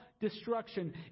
destruction